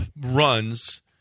runs